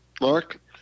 Mark